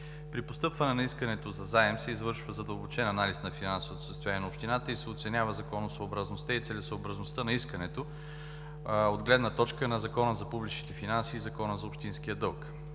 При постъпването на искането за заем се извършва задълбочен анализ на финансовото състояние на общината и се оценява законосъобразността и целесъобразността на искането от гледна точка на Закона за публичните финанси и Закона за общинския дълг.